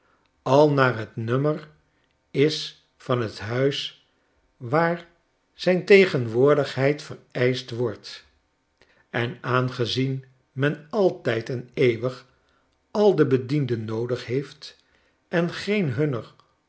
al naar het nommer is van t huis waar ziin tegenwoordigheid vereischt wordt en aangezien men altijd en eeuwig al de bedienden noodig heeft en geen hunner